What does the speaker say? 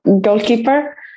goalkeeper